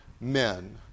men